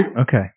Okay